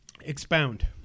Expound